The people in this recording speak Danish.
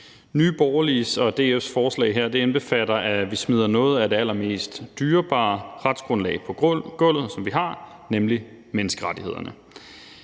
Nye Borgerliges og DF's forslag her indbefatter, at vi smider noget af det allermest dyrebare retsgrundlag, som vi har, på gulvet, nemlig menneskerettighederne.